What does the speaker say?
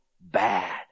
bad